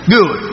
Good